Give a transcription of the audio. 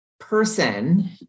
Person